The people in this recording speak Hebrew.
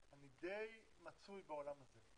אני די מצוי בעולם הזה.